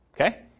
Okay